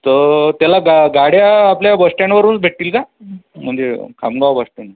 तर त्याला गा गाड्या आपल्या बसस्टॅण्डवरूनच भेटतील काय म्हणजे खामगाव बसस्टँड